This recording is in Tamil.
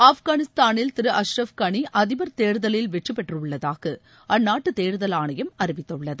ஆப்கானிஸ்தானில் திரு அஸ்ரப் களிஅதிபர் தேர்தலில் வெற்றிபெற்றுள்ளதாகஅந்நாட்டுதேர்தல் ஆணையம் அறிவித்துள்ளது